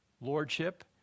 lordship